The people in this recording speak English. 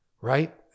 right